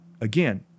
Again